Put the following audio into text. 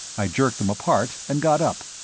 i jerked them apart and got up.